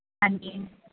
ਹਾਂਜੀ